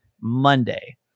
monday